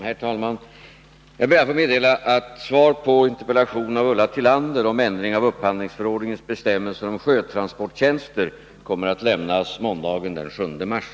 Herr talman! Jag ber att få meddela att svar på interpellationen av Ulla Tillander om ändring av upphandlingsförordningens bestämmelser om sjötransporttjänster kommer att lämnas måndagen den 7 mars.